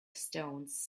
stones